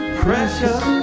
precious